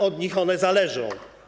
Od nich one zależą.